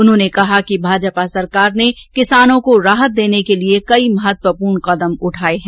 उन्होंने कहा कि भाजपा सरकार ने किसानों को राहत प्रदान करने के लिए कई महत्वपूर्ण कदम उठाए हैं